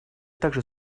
также